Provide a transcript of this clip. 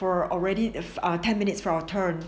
for already err ten minutes for our turns